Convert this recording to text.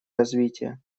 развития